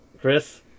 Chris